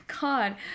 god